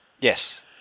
Yes